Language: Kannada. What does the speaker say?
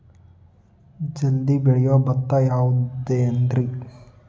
ಜಲ್ದಿ ಬೆಳಿಯೊ ಭತ್ತ ಯಾವುದ್ರೇ?